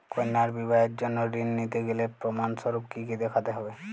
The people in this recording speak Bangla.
কন্যার বিবাহের জন্য ঋণ নিতে গেলে প্রমাণ স্বরূপ কী কী দেখাতে হবে?